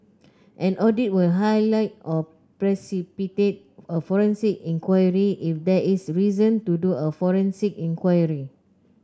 an audit will highlight or precipitate a forensic enquiry if there is reason to do a forensic enquiry